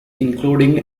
including